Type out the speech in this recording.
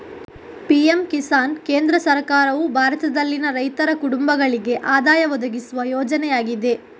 PM Kisan ಕೇಂದ್ರ ಸರ್ಕಾರವು ಭಾರತದಲ್ಲಿನ ರೈತರ ಕುಟುಂಬಗಳಿಗೆ ಆದಾಯ ಒದಗಿಸುವ ಯೋಜನೆಯಾಗಿದೆ